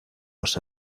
los